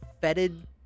fetid